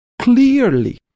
clearly